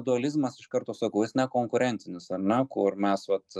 dualizmas iš karto sakau jis nekonkurencinis ar ne kur mes vat